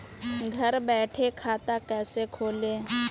घर बैठे खाता कैसे खोलें?